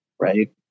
Right